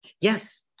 Yes